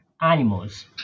animals